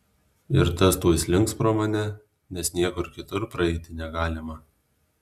ir tas tuoj slinks pro mane nes niekur kitur praeiti negalima